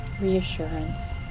reassurance